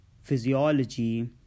physiology